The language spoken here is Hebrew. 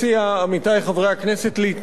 להתנגד להצעת החוק הזו,